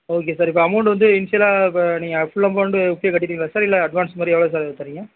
okay sir இப்போ amount வந்து இன்ஷியலாக இப்போ நீங்கள் ஃபுல் அமௌண்டு இப்போயே கட்டிடுவிங்களா சார் இல்லை அட்வான்ஸ்மாரி எவ்வளோ சார் தரிங்க